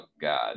god